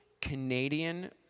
Canadian